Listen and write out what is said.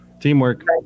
Teamwork